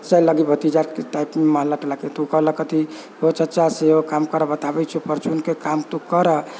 चचा लागि भतीजाके टाइपमे रहलक तऽ ओ कहलक यौ चचा एगो काम कर बताबै छियौ परचूनके काम तू करऽ